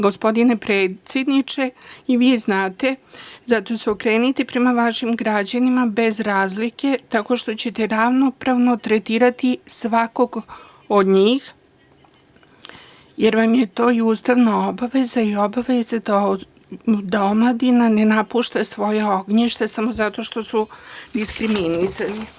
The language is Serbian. Gospodine predsedniče, i vi znate, zato se okrenite prema vašim građanima, bez razlike, tako što ćete ravnopravno tretirati svakog od njih, jer vam je to i ustavna obaveza i obaveza da omladina ne napušta svoja ognjišta samo zato što su diskriminisani.